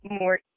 more